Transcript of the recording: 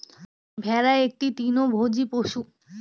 ভেড়া একটি তৃণভোজী পশু